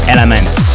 Elements